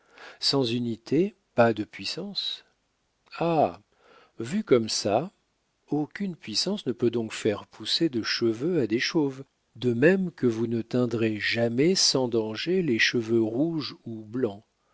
sans unité pas de puissance ah vu comme ça aucune puissance ne peut donc faire pousser de cheveux à des chauves de même que vous ne teindrez jamais sans danger les cheveux rouges ou blancs